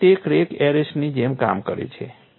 તેથી તે ક્રેક અરેસ્ટરની જેમ કામ કરે છે